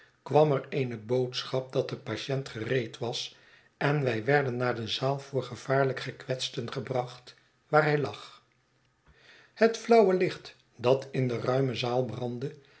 kwam er eene boodschap dat de patient gereed was en wij werden naar de zaal voor gevaarlijk gekwetsten gebracht waar zij lag het flauwe licht dat in de ruime zaal brandde